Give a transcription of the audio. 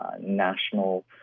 national